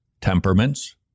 temperaments